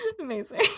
Amazing